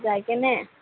যাই কেনে